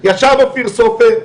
ישב אופיר סופר,